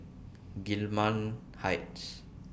Gillman Heights